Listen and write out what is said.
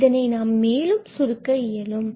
இதனை நாம் மேலும் சுருக்க இயலும்